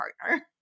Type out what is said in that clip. partner